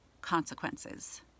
consequences